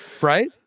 Right